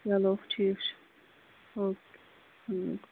چَلو ٹھیٖک چھُ او کے